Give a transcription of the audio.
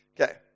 Okay